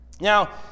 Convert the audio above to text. Now